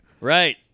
Right